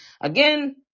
Again